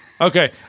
Okay